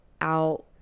out